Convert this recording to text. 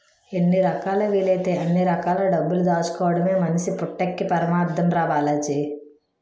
ఎన్ని రకాలా వీలైతే అన్ని రకాల డబ్బులు దాచుకోడమే మనిషి పుట్టక్కి పరమాద్దం రా బాలాజీ